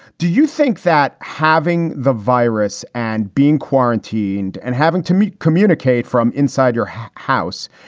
do you think that having the virus and being quarantined and having to meet communicate from inside your house?